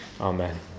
Amen